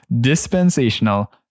dispensational